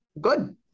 good